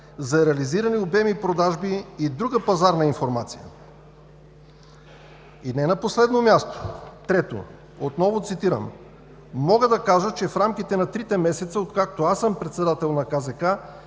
за реализиране на обеми и продажби и друга пазарна информация“. И не на последно място – трето, отново цитирам: „Мога да кажа, че в рамките на трите месеца, откакто аз съм председател на КЗК,